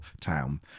town